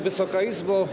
Wysoka Izbo!